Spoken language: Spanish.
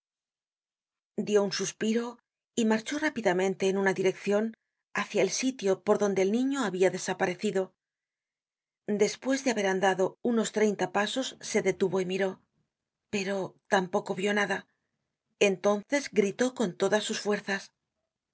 dió un suspiró y marchó rápidamente en una direccion hácia el sitio por donde el niño habia desaparecido despues de haber andado unos treinta pasos se detuvo y miró pero tampoco vió nada entonces gritó con todas sus fuerzas